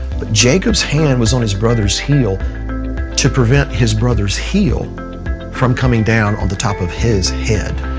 but jacob's hand was on his brother's heel to prevent his brother's heel from coming down on the top of his head.